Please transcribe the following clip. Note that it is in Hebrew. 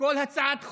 כל הצעת חוק,